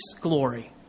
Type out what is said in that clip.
glory